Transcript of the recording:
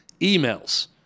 emails